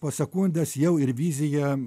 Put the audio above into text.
po sekundės jau ir vizija